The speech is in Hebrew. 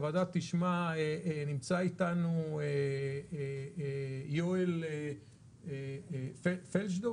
שהוועדה תשמע התייחסות של יואל פלדשו,